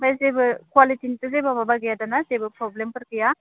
ओमफ्राय जेबो कुवालिटिनिथ' जेबो माबा गैया दा ना जेबो प्रब्लेमफोर गैया